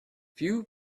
few